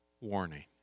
warning